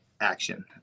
action